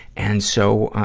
and, so, um.